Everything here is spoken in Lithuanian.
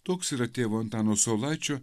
toks yra tėvo antano saulaičio